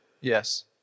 Yes